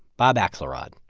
bob axelrod,